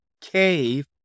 cave